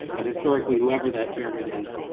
but historically, whoever that chairman is,